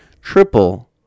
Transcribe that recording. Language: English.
triple